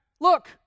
look